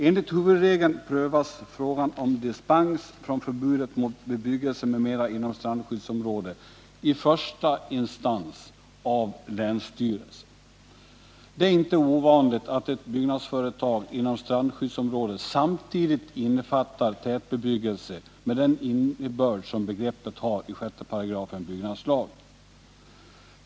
Enligt huvudregeln prövas fråga om dispens från förbudet mot bebyggelse m.m. inom strandområde i första instans av länsstyrelse. Det är inte ovanligt att ett byggnadsföretag inom strandskyddsområde samtidigt innefattar tätbebyggelse med den innebörd som begreppet har i6 § byggnadslagen.